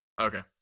Okay